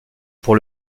pour